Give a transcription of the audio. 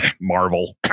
Marvel